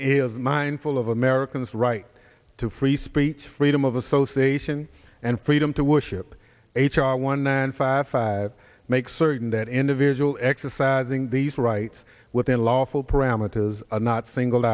is mindful of americans right to free speech freedom of association and freedom to worship h r one nine five five make certain that individual exercising these rights within lawful parameters are not singled